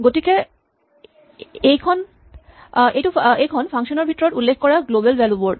গতিকে এইখন ফা্ংচন ৰ ভিতৰত উল্লেখ কৰা গ্লৱেল ভ্যেলু বৰ্ড